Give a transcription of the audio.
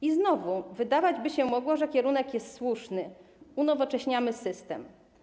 I znowu wydawać by się mogło, że kierunek jest słuszny, że unowocześniamy system.